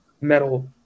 metal